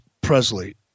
Presley